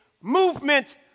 movement